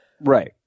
Right